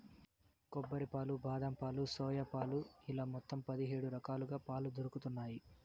కొబ్బరి పాలు, బాదం పాలు, సోయా పాలు ఇలా మొత్తం పది హేడు రకాలుగా పాలు దొరుకుతన్నాయి